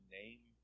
name